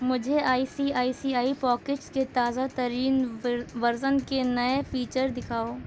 مجھے آئی سی آئی سی آئی پوکیٹس کے تازہ ترین ورژن کے نئے فیچر دکھاؤ